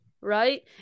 Right